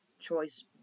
choice